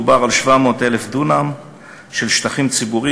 מדובר על 700,000 דונם של שטחים ציבוריים